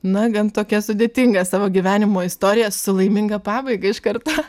na gan tokia sudėtinga savo gyvenimo istorija su laiminga pabaiga iš karto